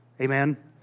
Amen